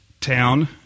town